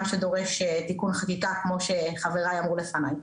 מה שדורש תיקון חקיקה כמו שחבריי אמרו לפניי.